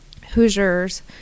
Hoosiers